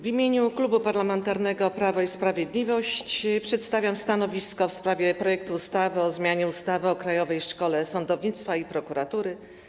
W imieniu Klubu Parlamentarnego Prawo i Sprawiedliwość przedstawiam stanowisko w sprawie projektu ustawy o zmianie ustawy o Krajowej Szkole Sądownictwa i Prokuratury.